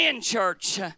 church